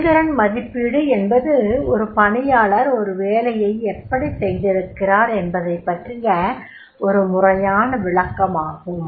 செயல்திறன் மதிப்பீடு என்பது ஒரு பணியாளர் ஒரு வேலையை எப்படி செய்திருக்கிறார் என்பதைப் பற்றிய ஒரு முறையான விளக்கமாகும்